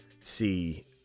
see